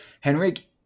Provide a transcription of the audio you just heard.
Henrik